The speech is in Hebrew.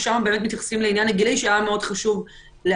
ושם באמת מתייחסים לעניין הגילאי שהיה מאוד חשוב להחריג.